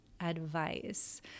advice